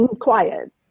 quiet